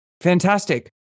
Fantastic